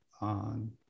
on